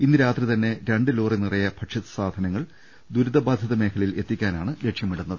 ഇന്നുരാത്രി തന്നെെരണ്ട് ലോറി നിറയെ ഭക്ഷ്യസാധനങ്ങൾ ദുരിതബാധിത മേഖലയിൽ എത്തി ക്കാനാണ് ലക്ഷ്യമിടുന്നത്